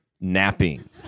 napping